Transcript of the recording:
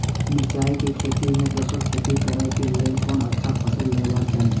मिरचाई के खेती मे दोसर खेती करे क लेल कोन अच्छा फसल लगवाक चाहिँ?